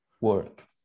work